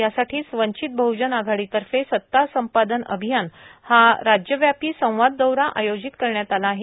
यासाठीच वंचित बहजन आघाडीतर्फे सत्ता संपा न अभियान हा राज्यव्यापी संवा ौरा आयोजित करण्यात आला आहे